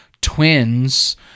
twins